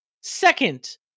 second